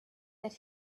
that